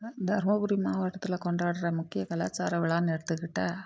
தருமபுரி மாவட்டத்தில் கொண்டாடுகிற முக்கிய கலாச்சார விழான்னு எடுத்துக்கிட்டால்